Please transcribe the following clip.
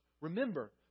Remember